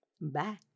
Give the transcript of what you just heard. Bye